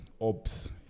ops